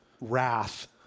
wrath